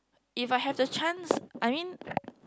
if I have the chance I mean